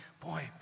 boy